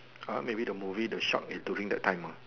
ah maybe the movie the shark is during that time mah